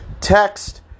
Text